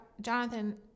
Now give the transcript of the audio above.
Jonathan